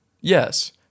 Yes